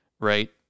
right